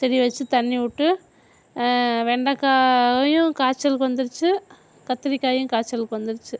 செடி வச்சு தண்ணி விட்டு வெண்டைக்காயும் காய்ச்சலுக்கு வந்துடுச்சி கத்திரிக்காயும் காய்ச்சலுக்கு வந்துடுச்சி